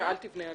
בדיון